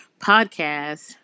podcast